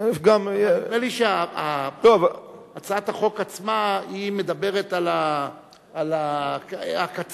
נדמה לי שהצעת החוק עצמה מדברת על הקצה,